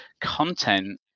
content